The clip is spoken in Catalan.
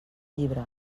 llibre